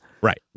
Right